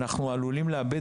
אנחנו עלולים לאבד,